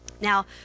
Now